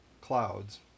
clouds